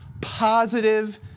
positive